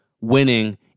winning